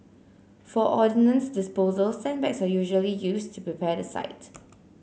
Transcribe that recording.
for ordnance disposal sandbags are usually used to prepare the site